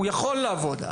הוא יכול לעבוד,